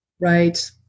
Right